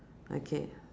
okay